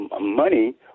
money